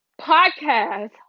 podcast